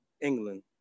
England